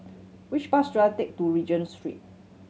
which bus should I take to Regent Street